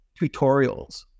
tutorials